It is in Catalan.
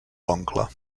oncle